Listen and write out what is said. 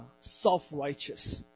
self-righteous